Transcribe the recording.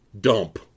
dump